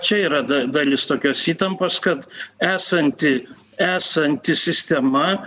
čia yra dalis tokios įtampos kad esanti esanti sistema